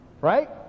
right